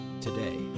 today